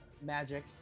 magic